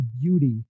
beauty